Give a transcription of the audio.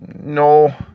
No